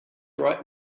right